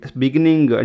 beginning